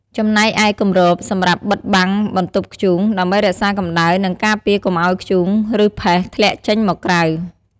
ចំណែកឯ គម្រប សម្រាប់បិទបាំងបន្ទប់ធ្យូង ដើម្បីរក្សាកម្ដៅ និងការពារកុំឲ្យធ្យូង ឬផេះធ្លាក់ចេញមកក្រៅ។